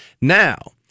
Now